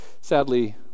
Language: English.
Sadly